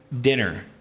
dinner